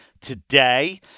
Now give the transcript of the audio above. today